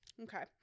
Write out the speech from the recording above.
Okay